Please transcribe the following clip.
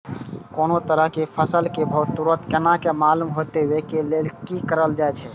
कोनो तरह के फसल के भाव तुरंत केना मालूम होते, वे के लेल की करल जाय?